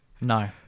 No